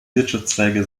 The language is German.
wirtschaftszweige